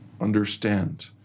understand